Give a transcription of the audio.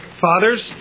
Fathers